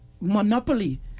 monopoly